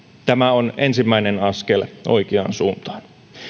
tämä on ensimmäinen askel oikeaan suuntaan